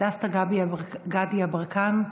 דסטה גדי יברקן,